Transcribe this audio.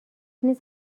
نیست